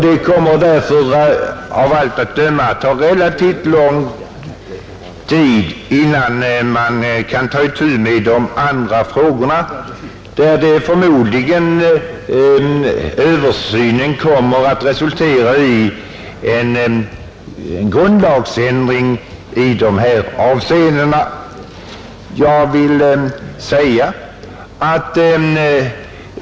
Det måste därför av allt att döma dröja relativt länge innan man kan ta itu med de andra frågorna, där översynen förmodligen kommer att resultera i en grundlagsändring.